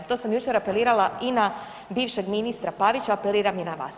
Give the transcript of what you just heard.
To sam jučer apelirala i na bivšeg ministra Pavića, apeliram i na vas.